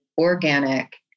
organic